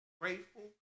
grateful